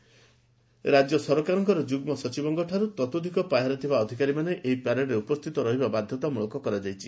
ରାକ୍ୟ ସରକାରଙ୍କ ଯୁଗ୍ଗ ସଚିବଙ୍କଠାରୁ ତତୋଧିକ ପାହ୍ୟାରେ ଥିବା ଅଧିକାରୀମାନେ ଏହି ପରେଡରେ ଉପସ୍ଥିତ ରହିବାପାଇଁ ବାଧତାମୂଳକ କରାଯାଇଛି